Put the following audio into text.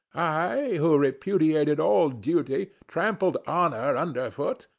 i, who repudiated all duty, trampled honor underfoot,